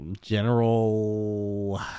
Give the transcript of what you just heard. General